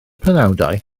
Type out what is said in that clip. penawdau